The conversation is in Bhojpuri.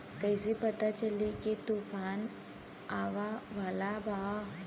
कइसे पता चली की तूफान आवा वाला बा?